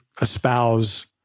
espouse